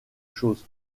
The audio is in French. chose